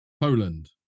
Poland